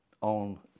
on